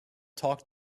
talk